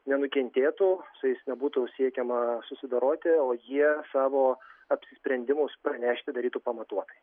nenukentėtų su jais nebūtų siekiama susidoroti o jie savo apsisprendimus pranešti darytų pamatuotai